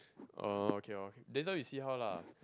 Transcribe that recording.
uh okay lor later we see how lah